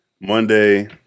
Monday